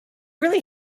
really